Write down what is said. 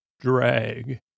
drag